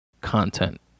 content